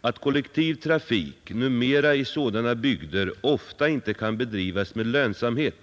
Att kollektiv trafik numera i sådana bygder ofta inte kan bedrivas med lönsamhet